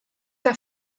der